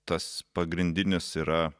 tas pagrindinis yra